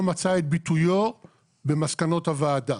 לא מצאה את ביטויה במסקנות הוועדה.